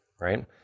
right